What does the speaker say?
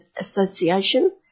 association